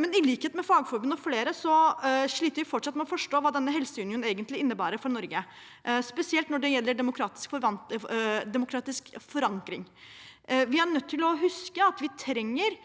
men i likhet med Fagforbundet og flere andre sliter vi fortsatt med å forstå hva denne helseunionen egentlig innebærer for Norge, spesielt når det gjelder demokratisk forankring. Vi er nødt til å huske at vi trenger